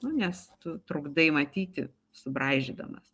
nu nes tu trukdai matyti subraižydamas